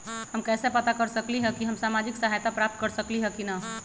हम कैसे पता कर सकली ह की हम सामाजिक सहायता प्राप्त कर सकली ह की न?